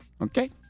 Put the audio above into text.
Okay